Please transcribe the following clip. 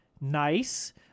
nice